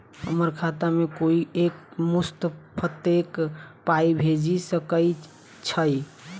हम्मर खाता मे कोइ एक मुस्त कत्तेक पाई भेजि सकय छई?